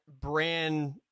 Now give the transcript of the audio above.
brand